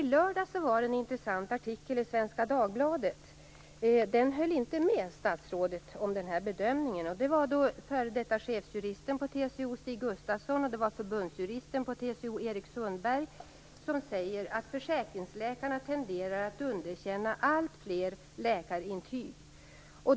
I lördags var det en intressant artikel i Svenska Dagbladet. I artikeln höll man inte med statsrådet om den här bedömningen. F.d. chefsjuristen på TCO, Stig Gustafsson, och förbundsjuristen på TCO, Eric Sundberg, skrev att försäkringsläkarna tenderar att underkänna allt fler läkarintyg.